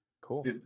Cool